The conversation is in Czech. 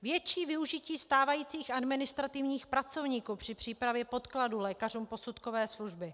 Větší využití stávajících administrativních pracovníků při přípravě podkladů lékařům posudkové služby.